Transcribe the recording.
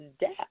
death